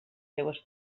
seues